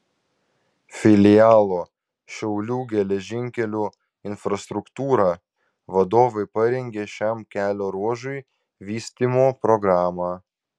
filialo šiaulių geležinkelių infrastruktūra vadovai parengė šiam kelio ruožui vystymo programą